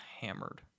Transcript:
hammered